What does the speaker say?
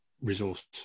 resource